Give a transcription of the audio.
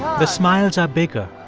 the smiles are bigger.